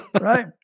right